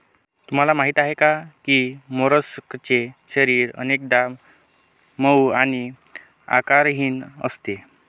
तुम्हाला माहीत आहे का की मोलस्कचे शरीर अनेकदा मऊ आणि आकारहीन असते